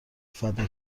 فدا